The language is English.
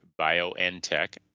BioNTech